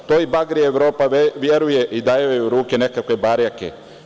Toj bagri Evropa veruje i daje joj u ruke nekakve barjake.